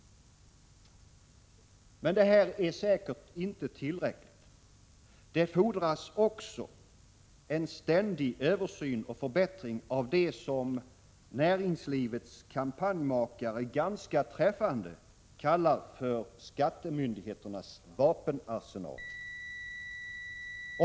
Men det är säkert inte tillräckligt. Det fordras också en ständig översyn och förbättring av det som näringslivets kampanjmakare ganska träffande kallar för skattemyndigheternas vapenarsenal.